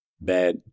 bad